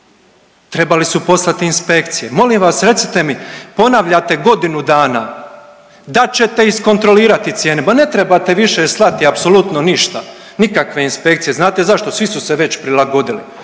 Trebali su poslati inspekcije. Molim vas, recite mi, ponavljate godinu dana da ćete iskontrolirati cijene, pa ne trebate više slati apsolutno ništa, nikakve inspekcije. Znate zašto? Svi su se već prilagodili,